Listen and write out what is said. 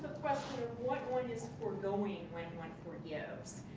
question of what one is forgoing when one forgives.